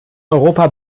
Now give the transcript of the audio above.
europa